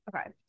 okay